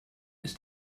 ist